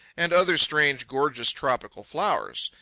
and other strange gorgeous tropic flowers.